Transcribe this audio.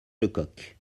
lecoq